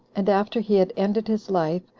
and after he had ended his life,